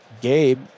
Gabe